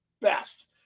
best